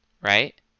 right